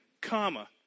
Comma